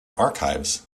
archives